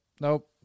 Nope